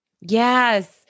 Yes